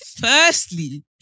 firstly